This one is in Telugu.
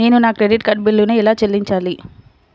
నేను నా క్రెడిట్ కార్డ్ బిల్లును ఎలా చెల్లించాలీ?